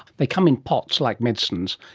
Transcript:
they come in pots like medicines,